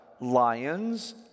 lions